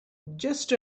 just